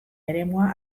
eremua